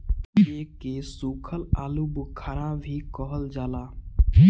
एके सुखल आलूबुखारा भी कहल जाला